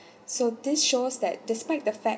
so this shows that despite the fact